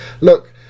look